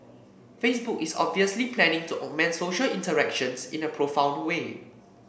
Facebook is obviously planning to augment social interactions in a profound way